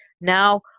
Now